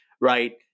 right